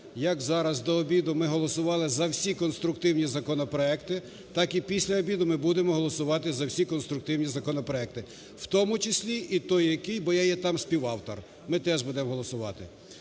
як зараз, до обіду, ми голосували за всі конструктивні законопроекти, так і після обіду ми будемо голосувати за всі конструктивні законопроекти, в тому числі і той, який… бо, я є там співавтор, ми теж будемо голосувати.